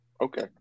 Okay